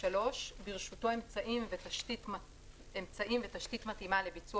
ברשותו אמצעים ותשתית מתאימה לביצוע